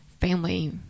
family